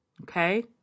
Okay